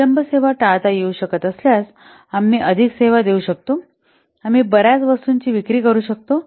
विलंब सेवा टाळता येऊ शकत असल्यास आम्ही अधिक सेवा देऊ शकतो आम्ही बर्याच वस्तूंची विक्री करू शकतो